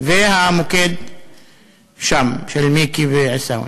והמוקד שם, של מיקי ועיסאווי.